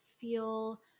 feel